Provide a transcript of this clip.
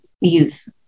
youth